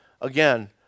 again